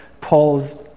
paul's